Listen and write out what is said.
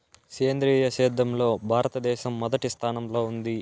సేంద్రీయ సేద్యంలో భారతదేశం మొదటి స్థానంలో ఉంది